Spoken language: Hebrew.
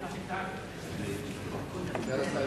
אדוני היושב-ראש,